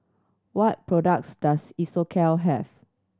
what products does Isocal have